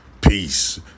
Peace